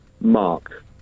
Mark